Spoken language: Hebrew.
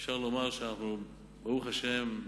אפשר לומר שאנחנו, ברוך השם,